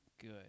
good